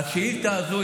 השאילתה הזו,